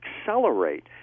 accelerate